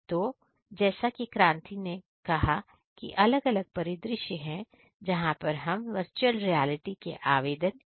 तो जैसा की क्रांति ने कहा कि अलग अलग परिदृश्य है जहां पर हम वर्चुअल रियलिटी के आवेदन देख सकते हैं